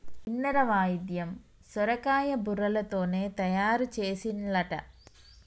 కిన్నెర వాయిద్యం సొరకాయ బుర్రలతోనే తయారు చేసిన్లట